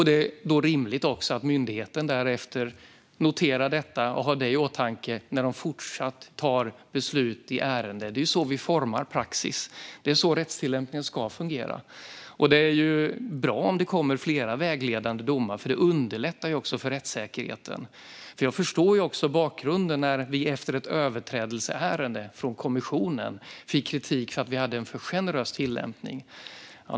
Det är rimligt att myndigheten därefter noterar detta och har det i åtanke när den i fortsättningen tar beslut i ärenden. Det är så vi formar praxis. Det är så rättstillämpningen ska fungera. Det är bra om det kommer flera vägledande domar, för det underlättar när det gäller rättssäkerheten. Jag förstår också bakgrunden. Efter ett överträdelseärende fick vi från kommissionen kritik för att vi hade en för generös tillämpning.